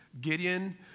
Gideon